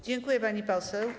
Dziękuję, pani poseł.